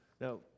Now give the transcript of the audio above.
now